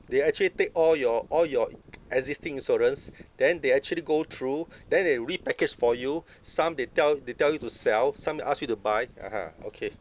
they actually take all your all your i~ existing insurance then they actually go through then they repackage for you some they tell they tell you to sell some they ask you to buy (uh huh) okay